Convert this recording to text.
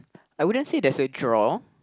I wouldn't say that's a draw